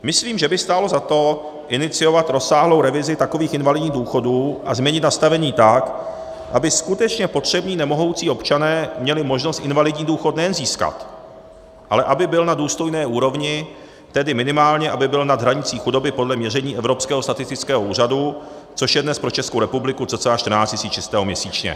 Myslím, že by stálo za to iniciovat rozsáhlou revizi takových invalidních důchodů a změnit nastavení tak, aby skutečně potřební, nemohoucí občané měli možnost invalidní důchod nejen získat, ale aby byl na důstojné úrovni, tedy minimálně aby byl nad hranicí chudoby podle měření Evropského statistického úřadu, což je dnes pro Českou republiku cca 14 tisíc čistého měsíčně.